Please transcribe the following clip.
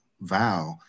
vow